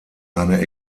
eine